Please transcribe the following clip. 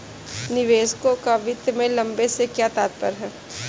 निवेशकों का वित्त में लंबे से क्या तात्पर्य है?